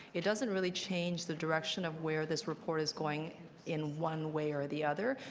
it doesn't really change the direction of where this report is going in one way or the other,